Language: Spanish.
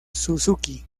suzuki